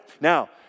Now